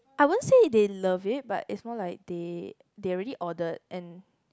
I won't say if they love it but it's more like they they already ordered and